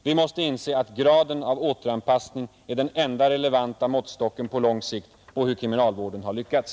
Vi måste inse att graden av återanpassning är den enda relevanta måttstocken på lång sikt på hur kriminalvården har lyckats.